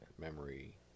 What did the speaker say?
memory